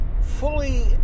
fully